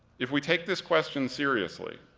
if we take this question seriously,